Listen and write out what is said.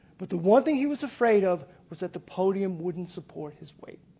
but the one thing he was afraid of was that the podium wouldn't support his weight.